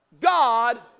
God